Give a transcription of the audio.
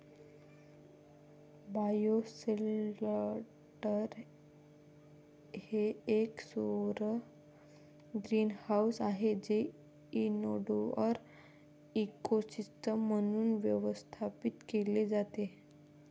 bioshelter हे एक सौर ग्रीनहाऊस आहे जे इनडोअर इकोसिस्टम म्हणून व्यवस्थापित केले जाते